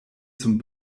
zum